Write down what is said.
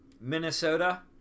Minnesota